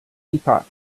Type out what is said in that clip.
teapot